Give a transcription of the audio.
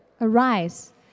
arise